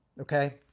Okay